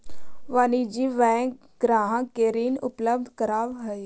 वाणिज्यिक बैंक ग्राहक के ऋण उपलब्ध करावऽ हइ